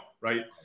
right